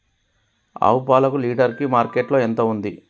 ఆవు పాలకు లీటర్ కి మార్కెట్ లో ఎంత ఉంది?